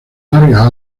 largas